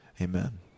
Amen